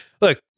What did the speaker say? Look